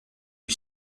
lui